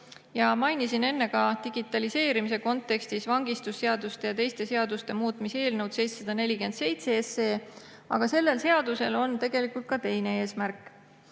Mainisin enne ka digitaliseerimise kontekstis vangistusseaduse ja teiste seaduste muutmise eelnõu 747, aga sellel eelnõul on ka teine eesmärk: